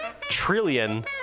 trillion